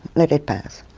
let it pass.